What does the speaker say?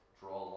draw